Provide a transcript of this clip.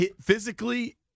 physically